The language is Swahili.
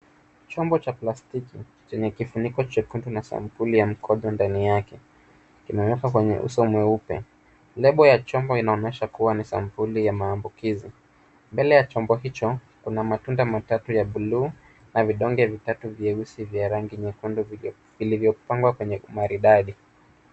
Chombo cha plastiki, chenye kifuniko na sampuli ya mkojo ndani yake, kimewekwa kwenye uso mweupe. Lebo ya chombo inaonyesha kuwa ni sampuli ya maambukizi. Mbele ya chombo hicho, kuna matunda matatu ya bluu na vidonge vitatu vyeusi vya rangi nyekundu, vilivyopangwa kwenye maridadi.